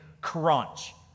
crunch